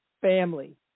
family